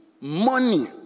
money